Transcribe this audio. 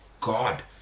god